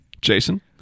Jason